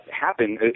happen